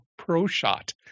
ProShot